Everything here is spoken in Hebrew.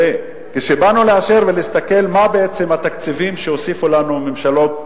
כשבאנו לאשר ולהסתכל מה בעצם התקציבים שהוסיפו לנו הממשלות,